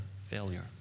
failure